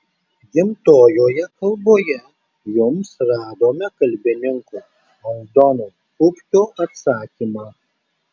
gimtojoje kalboje jums radome kalbininko aldono pupkio atsakymą